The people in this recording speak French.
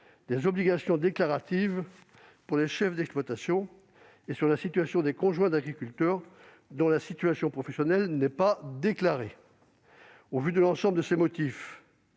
des obligations déclaratives pour les chefs d'exploitation, et sur la situation des conjoints d'agriculteurs dont la situation professionnelle n'est pas déclarée. Au vu de l'ensemble de ces motifs,